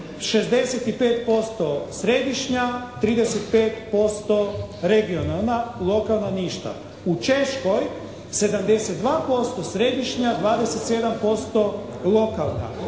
65% središnja, 35% regionalan, lokalna ništa. U Češkoj 72% središnja, 27% lokalna.